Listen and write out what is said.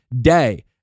day